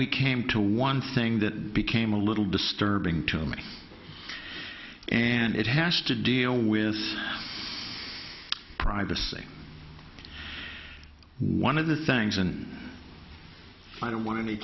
we came to one thing that became a little disturbing to me and it has to deal with privacy one of the things and i don't want